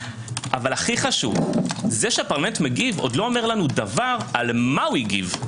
אבל הכי חשוב זה שהפרלמנט מגיב עוד לא אומר לנו דבר על מה הוא הגיב.